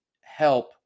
help